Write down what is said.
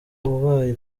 wabaye